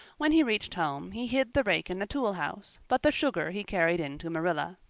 when he reached home he hid the rake in the tool house, but the sugar he carried in to marilla.